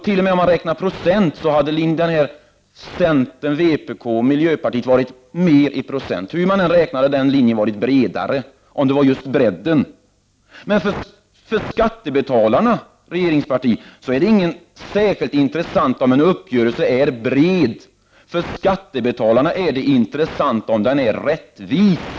T.o.m. räknat i procent hade centern, vpk och miljöpartiet varit mer. Hur man än räknar hade den linjen varit bredare, om det var just bredden det var fråga om. För skattebetalarna är det inte särskilt intressant om en uppgörelse är bred. För skattebetalarna är det intressant om den är rättvis.